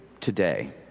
today